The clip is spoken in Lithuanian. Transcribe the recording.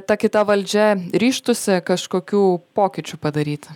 ta kita valdžia ryžtųsi kažkokių pokyčių padaryt